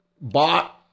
bought